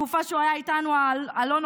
בתקופה שהוא היה איתנו, הלא-נורמליים?